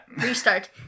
Restart